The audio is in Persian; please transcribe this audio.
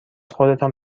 خودتان